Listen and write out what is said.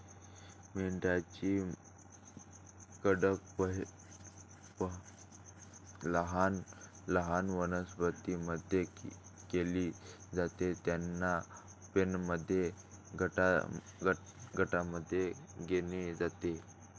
मेंढ्यांची कत्तल लहान वनस्पतीं मध्ये केली जाते, त्यांना पेनमध्ये गटांमध्ये नेले जाते